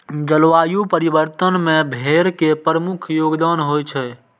जलवायु परिवर्तन मे भेड़ के प्रमुख योगदान होइ छै